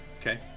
Okay